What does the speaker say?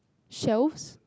shelves